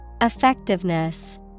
Effectiveness